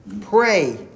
pray